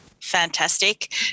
Fantastic